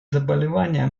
заболевания